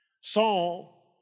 Saul